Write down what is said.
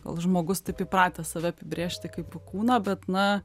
gal žmogus taip įpratęs save apibrėžti kaip kūną bet na